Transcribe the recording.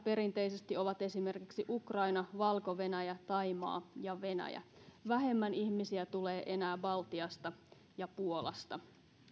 perinteisesti esimerkiksi ukraina valko venäjä thaimaa ja venäjä vähemmän ihmisiä tulee enää baltiasta ja puolasta